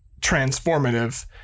transformative